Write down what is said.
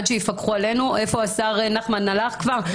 אני